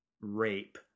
rape